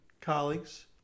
colleagues